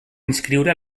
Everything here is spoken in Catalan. inscriure